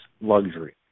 luxury